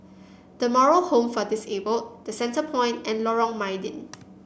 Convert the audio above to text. The Moral Home for Disabled The Centrepoint and Lorong Mydin